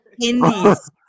Indies